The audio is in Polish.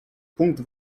punkt